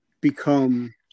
become